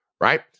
right